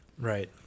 Right